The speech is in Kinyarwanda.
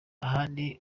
ahandi